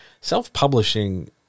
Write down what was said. Self-publishing